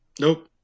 Nope